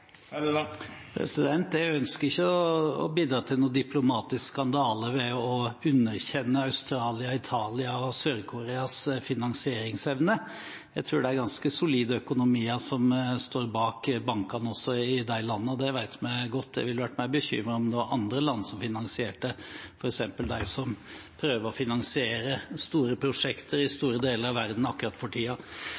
Jeg ønsker ikke å bidra til en diplomatisk skandale ved å underkjenne Australia, Italia og Sør-Koreas finansieringsevne. Jeg tror det er ganske solide økonomier som står bak bankene også i de landene. Det vet vi godt. Jeg ville ha vært mer bekymret om det var andre land som finansierte, f.eks. de som prøver å finansiere store prosjekter i